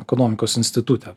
ekonomikos institute